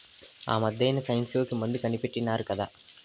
ఆమద్దెన సైన్ఫ్లూ కి మందు కనిపెట్టినారు కదా